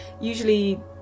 usually